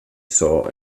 saw